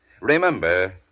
Remember